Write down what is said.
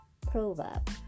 Proverb